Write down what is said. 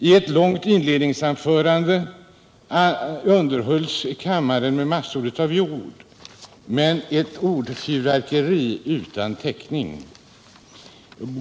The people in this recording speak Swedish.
I ett långt inledningsanförande underhölls kammaren med massor av ord, men det var ett ordfyrverkeri utan täckning.